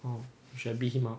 oh you should have beat him up